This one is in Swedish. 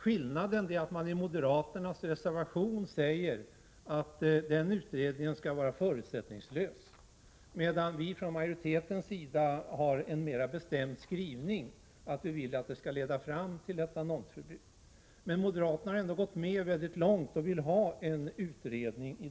Skillnaden är att man i moderaternas reservation säger att utredningen skall vara förutsättningslös, medan vi från majoritetens sida har en mera bestämd skrivning om att vi vill att det skall leda fram till ett annonsförbud. Moderaterna har ändå gått mycket långt på denna linje och vill ha en utredning.